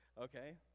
okay